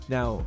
Now